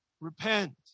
Repent